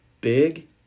big